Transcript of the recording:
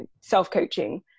self-coaching